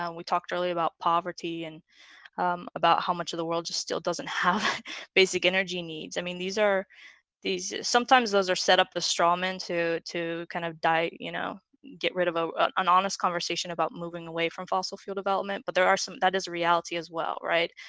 um we talked earlier about poverty and um about how much of the world just still doesn't have basic energy needs. i mean, these are these sometimes those are set up the straw men to to kind of die you know get rid of ah an honest conversation about moving away from fossil fuel development but there are some that is a reality as well, right?